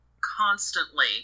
constantly